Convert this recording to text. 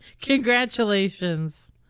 Congratulations